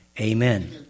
Amen